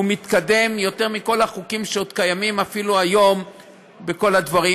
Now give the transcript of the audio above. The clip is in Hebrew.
הוא מתקדם יותר מכל החוקים שקיימים אפילו היום בכל הדברים.